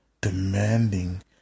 Demanding